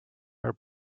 her